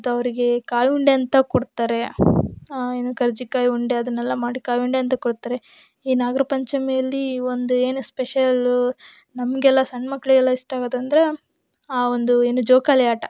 ಅದು ಅವರಿಗೆ ಕಾಯುಂಡೆ ಅಂತ ಕೊಡ್ತಾರೆ ಏನು ಕರ್ಜಿಕಾಯಿ ಉಂಡೆ ಅದನ್ನೆಲ್ಲ ಮಾಡಿ ಕಾಯುಂಡೆ ಅಂತ ಕೊಡ್ತಾರೆ ಈ ನಾಗರ ಪಂಚಮಿಯಲ್ಲಿ ಒಂದು ಏನು ಸ್ಪೆಷಲ್ಲು ನಮಗೆಲ್ಲ ಸಣ್ಣ ಮಕ್ಕಳಿಗೆಲ್ಲ ಇಷ್ಟ ಆಗತ್ತಂದರೆ ಆ ಒಂದು ಏನು ಜೋಕಾಲಿ ಆಟ